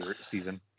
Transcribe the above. season